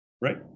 right